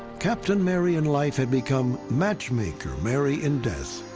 captain mary in life had become matchmaker mary in death.